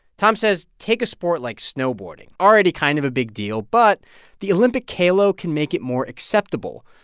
tom says, take a sport like snowboarding already kind of a big deal. but the olympic halo can make it more acceptable.